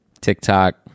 tiktok